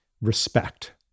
respect